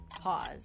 pause